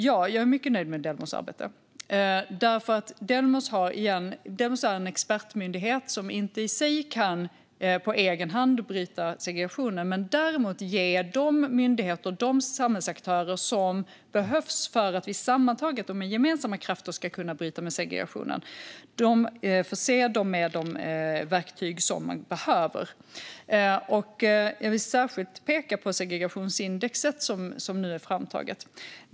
Ja, jag är mycket nöjd med Delmos arbete. Delmos är en expertmyndighet som på egen hand inte kan bryta segregationen, men däremot kan Delmos förse de myndigheter och samhällsaktörer som behövs för att vi sammantaget och med gemensamma krafter ska bryta segregationen med de verktyg dessa behöver. Jag vill särskilt peka på det segregationsindex som har tagits fram.